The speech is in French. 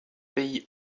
pays